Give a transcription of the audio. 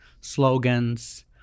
slogans